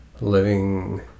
Living